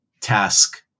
task